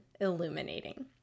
illuminating